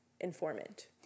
informant